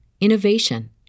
innovation